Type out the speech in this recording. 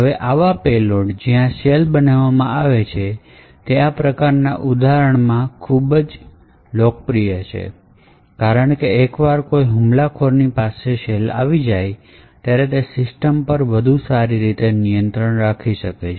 હવે આવા પેલોડસ જ્યાં શેલ બનાવવામાં આવે છે તે આ પ્રકારનાં ઉદાહરણોમાં ખૂબ જ લોકપ્રિય છે કારણ કે એકવાર કોઈ હુમલાખોરની પાસે શેલ આવી જાય છે ત્યારે તે સિસ્ટમ પર વધુ સારી રીતે નિયંત્રણ રાખી શકે છે